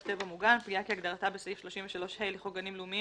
טבע מוגן" פגיעה כהגדרתה בסעיף 33()ה) לחוק גנים לאומיים